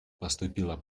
поступила